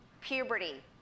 puberty